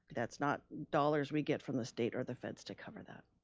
that's not dollars we get from the state or the feds to cover that.